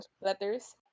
letters